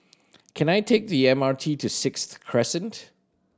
can I take the M R T to Sixth Crescent